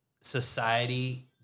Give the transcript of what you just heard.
society